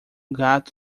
gato